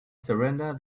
surrender